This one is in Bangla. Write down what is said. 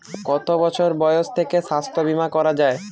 কত বছর বয়স থেকে স্বাস্থ্যবীমা করা য়ায়?